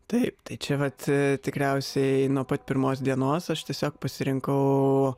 taip tai čia vat tikriausiai nuo pat pirmos dienos aš tiesiog pasirinkau